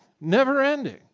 never-ending